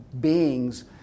beings